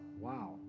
Wow